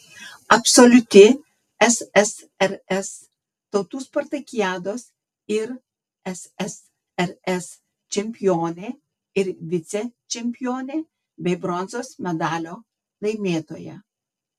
absoliuti ssrs tautų spartakiados ir ssrs čempionė ir vicečempionė bei bronzos medalio laimėtoja